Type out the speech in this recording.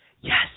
Yes